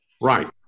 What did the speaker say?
Right